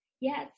Yes